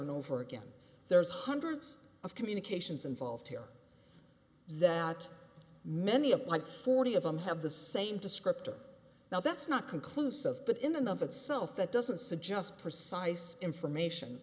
and over again there's hundreds of communications involved here that many of like forty of them have the same descriptor now that's not conclusive but enough itself that doesn't suggest precise information